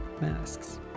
masks